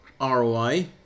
ROI